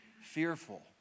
fearful